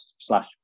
slash